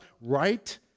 right